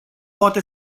poate